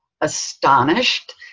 astonished